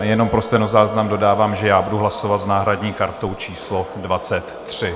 Jenom pro stenozáznam dodávám, že budu hlasovat s náhradní kartou číslo 23.